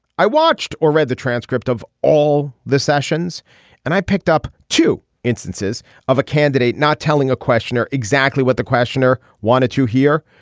i watched or read the transcript of all the sessions and i picked up two instances of a candidate not telling a questioner exactly what the questioner wanted to hear.